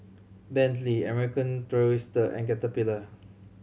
Bentley American Tourister and Caterpillar